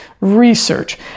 research